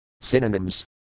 Synonyms